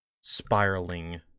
spiraling